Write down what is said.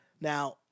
Now